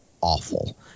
awful